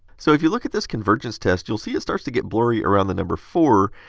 so, if you look at this convergence test, you'll see it starts to get blurry around the number four,